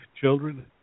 children